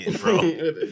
bro